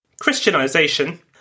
Christianization